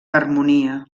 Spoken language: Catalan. harmonia